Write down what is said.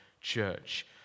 church